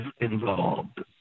involved